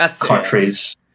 countries